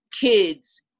kids